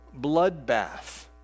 bloodbath